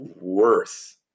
worth